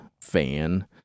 fan